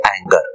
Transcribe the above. anger